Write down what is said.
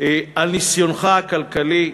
על ניסיונך הכלכלי.